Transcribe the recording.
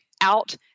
out